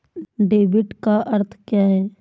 Debit का अर्थ क्या है?